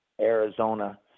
arizona